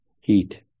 heat